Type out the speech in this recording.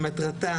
שמטרתה,